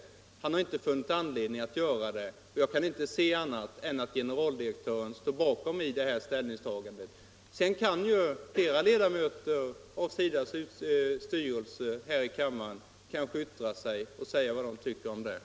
Han har emellertid inte funnit anledning att göra det, och jag kan därför inte se annat än att generaldirektören står bakom detta ställningstagande. Flera ledamöter av SIDA:s styrelse som är här i kammaren kan kanske sedan yttra sig och säga vad de tycker om detta.